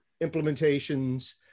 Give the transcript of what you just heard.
implementations